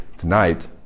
tonight